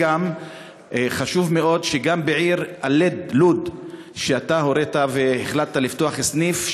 וחשוב מאוד שגם בעיר לוד אתה הורית והחלטת לפתוח סניף,